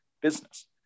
business